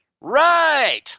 right